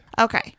Okay